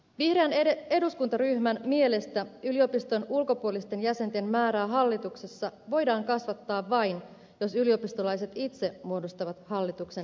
vihreän eduskuntaryhmän mielestä yliopiston ulkopuolisten jäsenten määrää hallituksessa voidaan kasvattaa vain jos yliopistolaiset itse muodostavat hallituksen enemmistön